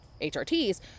HRTs